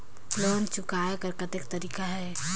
Loan चुकाय कर कतेक तरीका है?